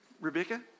Rebecca